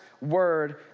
word